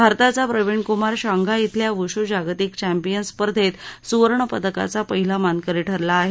भारताचा प्रविण कुमार शांघाय इथल्या वुशू जागतिक चस्पियन स्पर्धेत सुवर्ण पदकाचा पहिला मानकरी ठरला आहे